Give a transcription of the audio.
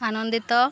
ଆନନ୍ଦିତ